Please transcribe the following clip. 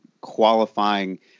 qualifying